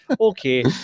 Okay